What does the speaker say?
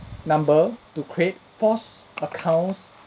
number to create false accounts